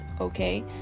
Okay